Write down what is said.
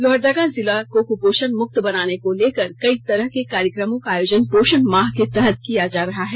लोहरदगा जिला को कुपोषण मुक्त बनाने को लेकर कई तरह के कार्यक्रमों का आयोजन पोषण माह के तहत किया जा रहा है